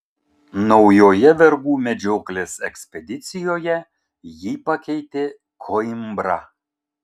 naujoje vergų medžioklės ekspedicijoje jį pakeitė koimbra